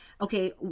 okay